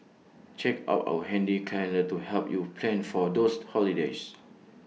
check out our handy calendar to help you plan for those holidays